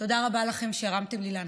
תודה רבה לכם שהרמתם לי להנחתה.